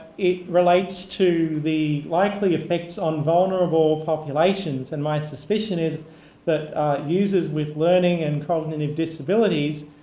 it relates to the likely effects on vulnerable populations. and my suspicion is that users with learning and cognitive disabilities,